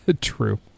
True